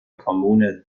kommune